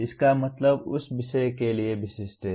इसका मतलब उस विषय के लिए विशिष्ट है